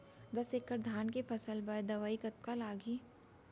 दस एकड़ धान के फसल बर दवई कतका लागही?